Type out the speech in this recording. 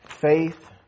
Faith